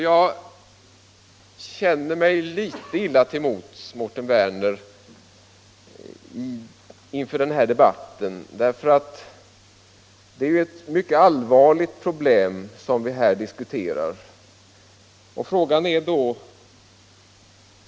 Jag känner mig litet illa till mods, mot Mårten Werner, inför den här debatten. Det är ett mycket allvarligt problem som vi här diskuterar.